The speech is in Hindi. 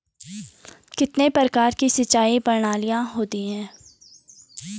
कितने प्रकार की सिंचाई प्रणालियों होती हैं?